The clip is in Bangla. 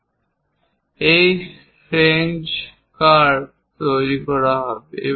এবং এই ফ্রেঞ্চ কার্ভ তৈরি করা হবে